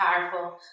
powerful